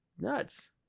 nuts